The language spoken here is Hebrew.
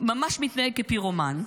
ממש מתנהג כפירומן,